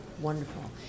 Wonderful